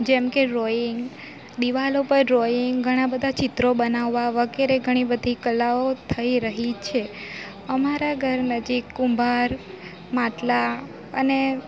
જેમ કે રોઈન્ગ દિવાલો પર રોઈન્ગ ઘણા બધા ચિત્રો બનાવવા વગેરે ઘણી બધી કલાઓ થઈ રહી છે અમારા ઘર નજીક કુંભાર માટલા અને